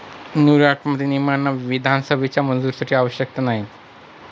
न्यूयॉर्कमध्ये, नियमांना विधानसभेच्या मंजुरीची आवश्यकता नाही